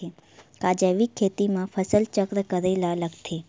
का जैविक खेती म फसल चक्र करे ल लगथे?